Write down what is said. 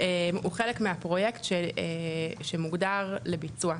הוא חלק מהפרויקט שמוגדר לביצוע.